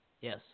Yes